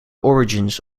origins